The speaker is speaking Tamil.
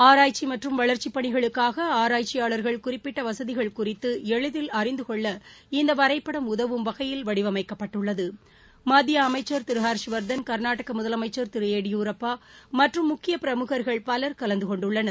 ஆராய்ச்சி மற்றும் வளர்ச்சிப் பணிகளுக்காக ஆராய்ச்சியாளர்கள் குறிப்பிட்ட வசதிகள் குறித்து எளிதில் அறிந்து கொள்ள இந்த வரைபடம் உதவும் வகையில் வடிவமைக்கப்பட்டுள்ளது மத்திய அமைச்ச் திரு ஹா்ஷவா்தன் கா்நாடக முதலமைச்ச் திரு எடியூரப்பா மற்றும் முக்கிய முக்கிய பிரமுகர்கள் பலர் கலந்து கொண்டுள்ளனர்